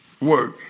Work